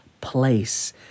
place